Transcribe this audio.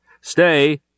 Stay